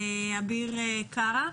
אביר קארה.